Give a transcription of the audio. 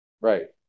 Right